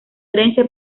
herencia